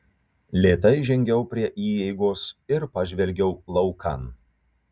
lėtai žengiau prie įeigos ir pažvelgiau laukan